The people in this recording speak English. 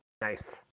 Nice